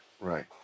Right